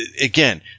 again